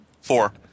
Four